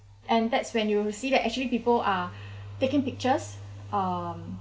and that's when you see that actually people are taking pictures um